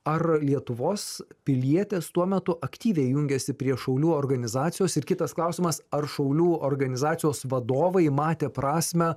ar lietuvos pilietės tuo metu aktyviai jungiasi prie šaulių organizacijos ir kitas klausimas ar šaulių organizacijos vadovai matė prasmę